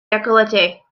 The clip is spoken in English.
decollete